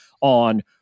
on